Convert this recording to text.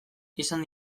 izan